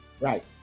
Right